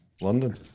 London